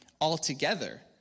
altogether